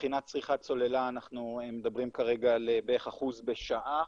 מבחינת צריכת סוללה אנחנו מדברים כרגע על בערך אחוז בשעה.